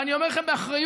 ואני אומר לכם באחריות: